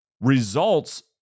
results